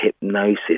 hypnosis